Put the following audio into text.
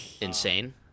Insane